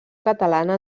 catalana